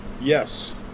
Yes